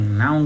Now